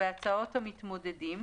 שבהצעות המתמודדים